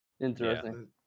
Interesting